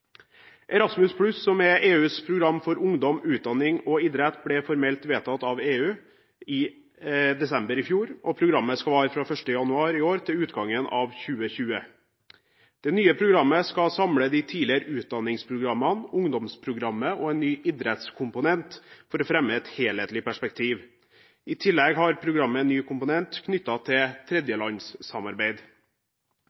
Erasmus+, som er EUs program for utdanning, opplæring, ungdom og idrett, ble formelt vedtatt av EU i desember i fjor, og programmet skal vare fra 1. januar i år til utgangen av 2020. Det nye programmet skal samle de tidligere utdanningsprogrammene, ungdomsprogrammet og en ny idrettskomponent for å fremme et helhetlig perspektiv. I tillegg har programmet noen nye komponenter knyttet til